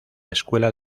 escuela